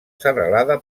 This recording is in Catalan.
serralada